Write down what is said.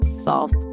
solved